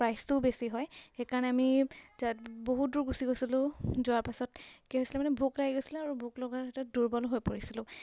প্ৰাইচটোও বেছি হয় সেইকাৰণে আমি তাত বহুত দূৰ গুচি গৈছিলোঁ যোৱাৰ পাছত কি হৈছিলে মানে ভোক লাগি গৈছিলে আৰু ভোক লগাৰ ক্ষেত্ৰত দুৰ্বল হৈ পৰিছিলোঁ